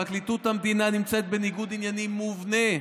פרקליטות המדינה נמצאת בניגוד עניינים מובנה.